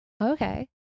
Okay